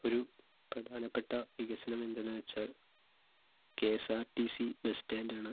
ഒരു പ്രധാനപ്പെട്ട വികസനം എന്തെന്ന് വെച്ചാൽ K S R T C bus stand ആണ്